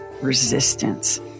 resistance